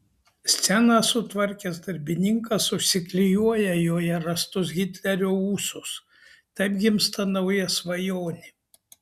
sceną sutvarkęs darbininkas užsiklijuoja joje rastus hitlerio ūsus taip gimsta nauja svajonė